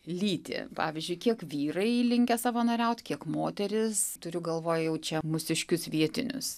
lytį pavyzdžiui kiek vyrai linkę savanoriaut kiek moterys turiu galvoj jau čia mūsiškius vietinius